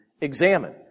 examine